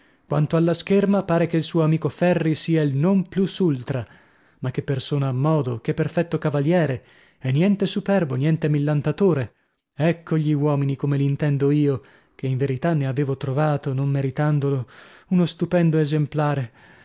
quanto alla scherma pare che il suo amico ferri sia il non plus ultra ma che persona a modo che perfetto cavaliere e niente superbo niente millantatore ecco gli uomini come li intendo io che in verità ne avevo trovato non meritandolo uno stupendo esemplare